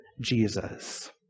Jesus